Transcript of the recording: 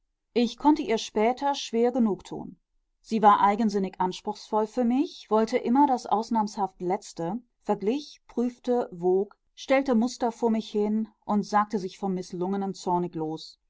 ich konnte ihr später schwer genugtun sie war eigensinnig anspruchsvoll für mich wollte immer das ausnahmshaft letzte verglich prüfte wog stellte muster vor mich hin und sagte sich vom mißlungenen zornig los